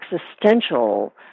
existential